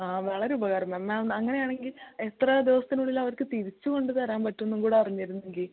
ആ വളരെ ഉപകാരം മാം മാം അങ്ങനെ ആണെങ്കിൽ എത്ര ദിവസത്തിനുള്ളിൽ അവർക്ക് തിരിച്ച് കൊണ്ട് തരാൻ പറ്റുമെന്നും കൂടെ അറിഞ്ഞിരുന്നെങ്കിൽ